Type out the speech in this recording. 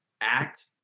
act